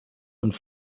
und